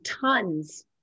tons